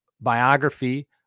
biography